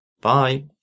Bye